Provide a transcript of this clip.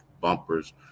bumpers